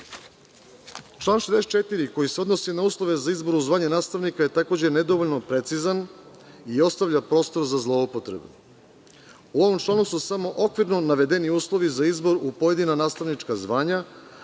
64. koji se odnosi na uslove za izbor u zvanje nastavnika je takođe nedovoljno precizan i ostavlja prostor za zloupotrebu. U ovom članu su samo okvirno navedeni uslovi za izbor u pojedina nastavnička zvanja,